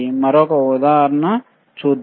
మరొక ఉదాహరణ చూద్దాం